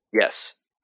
Yes